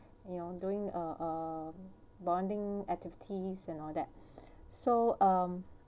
you know doing uh uh bonding activities and all that so um